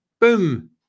Boom